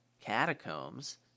Catacombs